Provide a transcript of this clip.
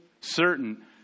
certain